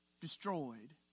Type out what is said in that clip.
destroyed